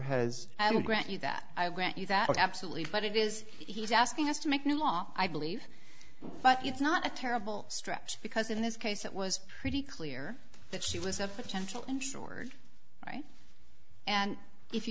has grant you that i grant you that absolutely but it is he's asking us to make new law i believe but it's not a terrible stretch because in this case it was pretty clear that she was a potential and stored right and if you